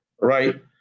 right